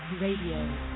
RADIO